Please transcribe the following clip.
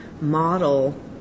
model